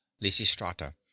Lysistrata